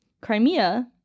crimea